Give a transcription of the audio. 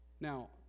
Now